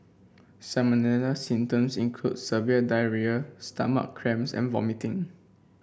salmonella symptoms include severe diarrhoea stomach cramps and vomiting